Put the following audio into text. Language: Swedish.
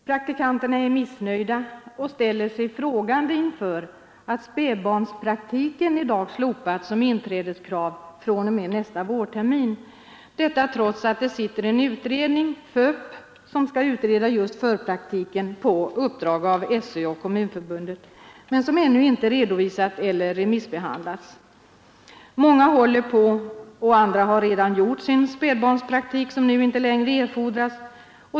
Praktikanterna är missnöjda och ställer sig frågande inför att spädbarnspraktiken slopats som inträdeskrav fr.o.m. nästa vårtermin, detta trots att det sitter en utredning, FÖP, som skall utreda just förpraktiken på uppdrag av skolöverstyrelsen och Kommunförbundet men som ännu inte avgivit något yttrande. Många håller på med och andra har redan gjort sin spädbarnspraktik, som nu inte längre erfordras.